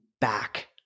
back